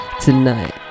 tonight